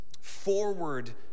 forward